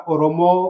Oromo